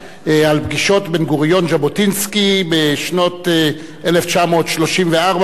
על פגישות בן-גוריון ז'בוטינסקי בשנת 1934 בלונדון.